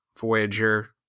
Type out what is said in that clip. Voyager